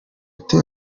ute